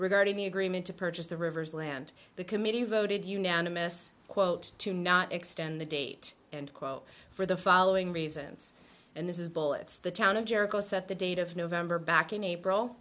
regarding the agreement to purchase the rivers land the committee voted unanimous quote to not extend the date and quote for the following reasons and this is bull it's the town of jericho set the date of november back in april